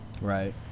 right